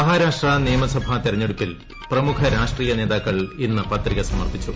മഹാരാഷ്ട്ര നിയമസ്ഭാ തിരഞ്ഞെടുപ്പിൽ പ്രമുഖ രാഷ്ട്രീയ നേതാക്കൾ ഇന്ന് പിതിക് സമർപ്പിച്ചു